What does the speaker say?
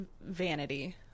vanity